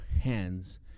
hands